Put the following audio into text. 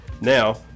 now